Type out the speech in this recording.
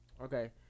Okay